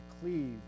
cleave